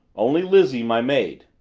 only lizzie, my maid.